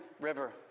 River